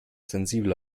sensibel